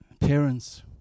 parents